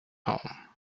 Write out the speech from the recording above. home